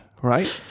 right